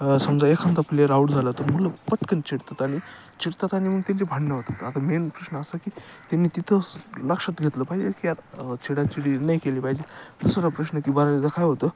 समजा एखांदा player out झाला तर मुलं पटकन चिडतात आणि चिडतात आणि मग त्यांची भांडणं होतात आता मेन प्रश्न असा की त्यांनी तिथंच लक्षात घेतलं पाहिजे की या चिडाचिडी नाही केली पाहिजे दुसरा प्रश्न की बऱ्याचदा काय होतं